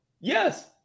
Yes